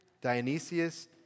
Dionysius